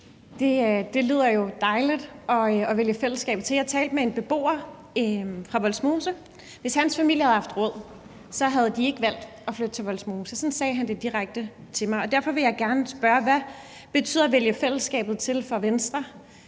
til lyder jo dejligt. Jeg talte med en beboer fra Vollsmose. Hvis hans familie havde haft råd, havde de ikke valgt at flytte til Vollsmose – sådan sagde han det direkte til mig. Derfor vil jeg gerne spørge: Hvad betyder det at vælge fællesskabet til for Venstre?